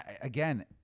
Again